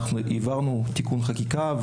העברנו תיקון חקיקה,